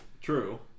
true